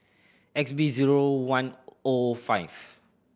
X B zero one O five